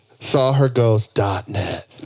Sawherghost.net